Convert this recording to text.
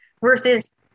versus